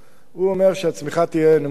הוא אומר שהצמיחה תהיה נמוכה,